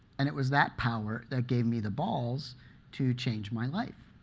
and it was that power that gave me the balls to change my life,